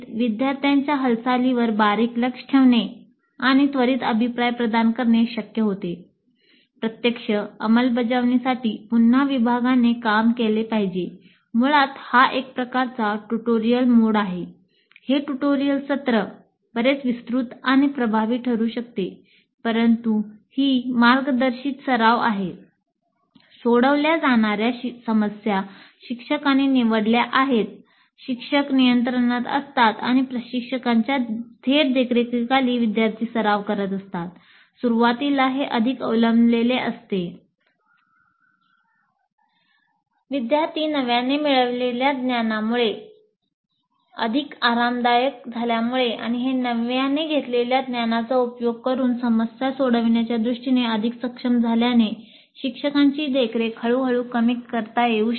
विद्यार्थी नव्याने मिळवलेल्या ज्ञानामुळे अधिक आरामदायक झाल्यामुळे आणि हे नव्याने घेतलेल्या ज्ञानाचा उपयोग करून समस्या सोडवण्याच्या दृष्टीने अधिक सक्षम झाल्याने शिक्षकांची देखरेख हळूहळू कमी करता येऊ शकते